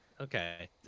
Okay